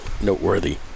noteworthy